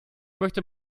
möchte